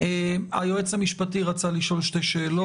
היועץ המשפטי רצה לשאול שתי שאלות.